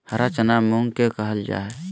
हरा चना मूंग के कहल जा हई